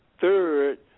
third